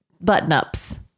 button-ups